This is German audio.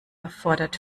erfordert